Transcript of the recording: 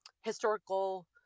historical